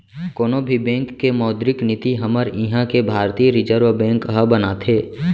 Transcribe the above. कोनो भी बेंक के मौद्रिक नीति हमर इहाँ के भारतीय रिर्जव बेंक ह बनाथे